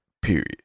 Period